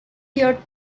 year